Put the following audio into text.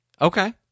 Okay